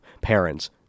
parents